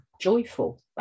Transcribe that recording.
joyful